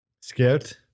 scared